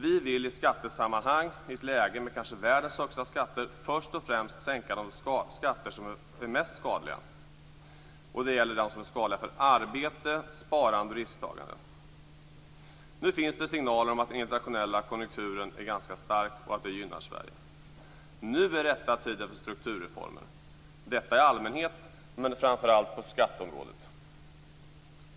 Vi vill i skattesammanhang - i ett läge med kanske världens högsta skatter - först och främst sänka de skatter som är mest skadliga för arbete, sparande och risktagande. Nu finns det signaler om att den internationella konjunkturen är ganska stark och att det gynnar Sverige. Nu är rätta tiden för strukturreformer, både i allmänhet och framför allt på skatteområdet.